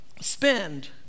spend